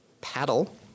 paddle